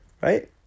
Right